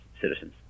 citizens